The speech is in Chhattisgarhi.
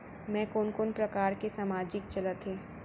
मैं कोन कोन प्रकार के सामाजिक चलत हे?